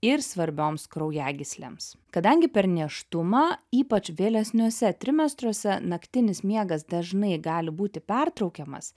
ir svarbioms kraujagyslėms kadangi per nėštumą ypač vėlesniuose trimestruose naktinis miegas dažnai gali būti pertraukiamas